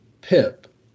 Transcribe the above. Pip